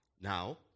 now